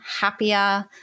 happier